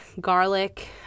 garlic